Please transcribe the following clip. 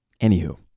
Anywho